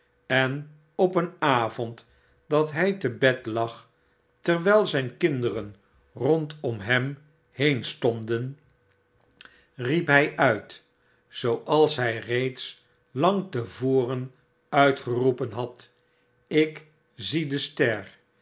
en op een avond dat hy te bed lag terwyl zyn kinderen rondom hem heen stonden riep hy uit zooals hij reeds lang te voren uitgeroepen had ik zie de ster